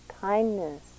kindness